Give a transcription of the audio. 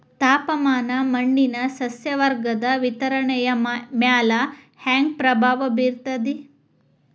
ತಾಪಮಾನ ಮಣ್ಣಿನ ಸಸ್ಯವರ್ಗದ ವಿತರಣೆಯ ಮ್ಯಾಲ ಹ್ಯಾಂಗ ಪ್ರಭಾವ ಬೇರ್ತದ್ರಿ?